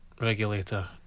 regulator